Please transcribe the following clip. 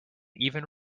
even